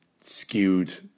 skewed